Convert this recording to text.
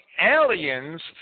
aliens